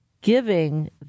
giving